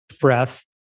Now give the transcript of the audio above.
breath